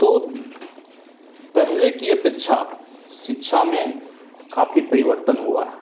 तो पहले की अपेक्षा शिक्षा में काफ़ी परिवर्तन हुआ है